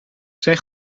zij